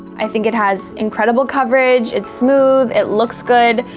i think it has incredible coverage. it's smooth. it looks good.